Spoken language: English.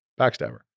backstabber